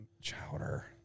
chowder